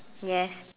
yes